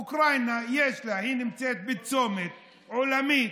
אוקראינה, יש לה, היא נמצאת בצומת עולמי,